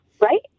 right